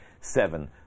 seven